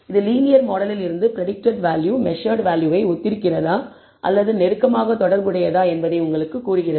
இது லீனியர் மாடலில் இருந்து பிரடிக்டட் வேல்யூ மெசர்ட் வேல்யூவை ஒத்திருக்கிறதா அல்லது நெருக்கமாக தொடர்புடையதா என்பதை உங்களுக்குக் கூறுகிறது